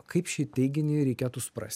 kaip šį teiginį reikėtų suprast